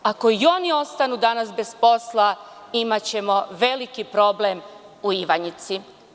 Ako i oni ostanu danas bez posla, imaćemo veliki problem u Ivanjici.